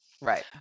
Right